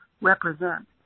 represent